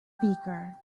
speaker